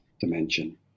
dimension